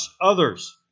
others